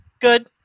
good